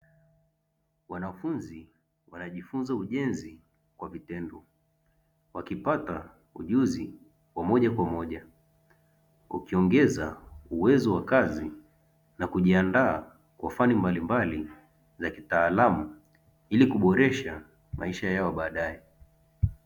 Wanafunzi wanajifunza ujenzi kwa vitendo, wakipata ujuzi wa moja kwa moja ukiongeza uwezo wa kazi na kujiandaa kwa fani mbalimbali za kitaalamu ili kuboresha maisha yao baadae.